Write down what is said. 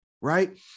right